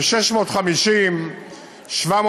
650,000